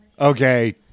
Okay